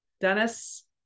Dennis